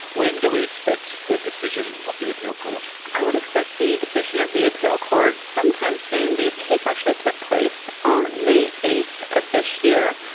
when do we expect the decision of the appeal court? i would expect the decision of the appeal court sometime soon. the case actually took place on may eight of this year,